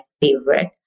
favorite